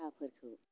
साहाफोरखौ